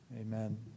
Amen